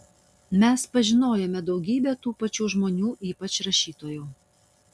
mes pažinojome daugybę tų pačių žmonių ypač rašytojų